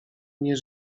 nie